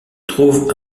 trouve